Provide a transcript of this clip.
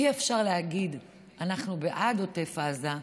אי-אפשר להגיד: אנחנו בעד עוטף עזה,